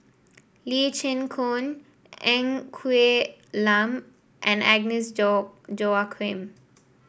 Lee Chin Koon Ng Quee Lam and Agnes Joaquim